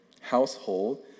household